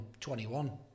21